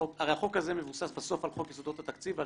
הרי החוק הזה מבוסס בסוף על חוק יסודות התקציב ועל